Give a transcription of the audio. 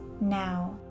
now